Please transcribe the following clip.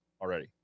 already